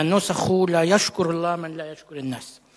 והנוסח הוא: לַא יַשְכֻּר אללה מַן לַא יַשְכֻּר אנ-נַאס.